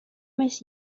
més